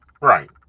right